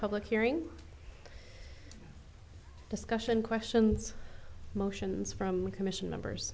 public hearing discussion questions motions from commission members